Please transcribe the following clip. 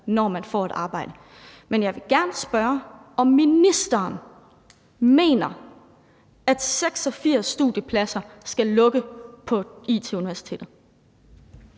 når man får et arbejde. Men jeg vil gerne spørge, om ministeren mener, at 86 studiepladser skal lukke på IT-Universitetet.